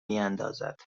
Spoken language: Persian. میاندازد